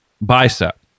bicep